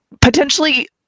potentially